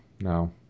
no